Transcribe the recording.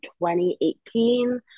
2018